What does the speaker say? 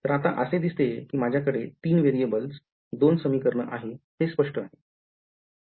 तर आता असे दिसते कि माझ्या कडे तीन variables दोन समीकरणं आहे हे स्पष्ट आहे